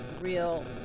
real